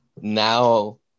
now